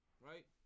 right